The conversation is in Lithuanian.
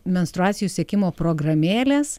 menstruacijų sekimo programėlės